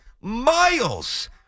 miles